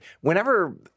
Whenever